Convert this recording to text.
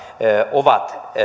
ovat